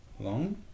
long